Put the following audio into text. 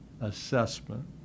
assessment